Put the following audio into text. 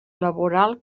laboral